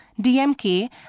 DMK